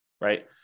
right